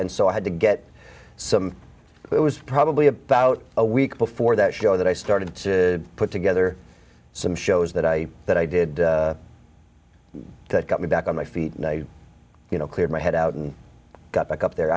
and so i had to get some it was probably about a week before that show that i started to put together some shows that i that i did that got me back on my feet you know cleared my head out and got back up there